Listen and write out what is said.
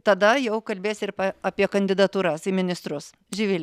tada jau kalbės ir apie kandidatūras į ministrus živile